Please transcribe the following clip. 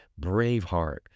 Braveheart